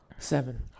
Seven